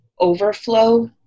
overflow